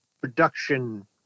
production